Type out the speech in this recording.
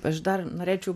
aš dar norėčiau